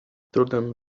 trudem